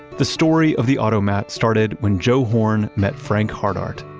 the story of the automat started when joe horn met frank hardart.